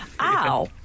Ow